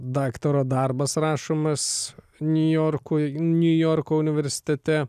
daktaro darbas rašomas niujorkui niujorko universitete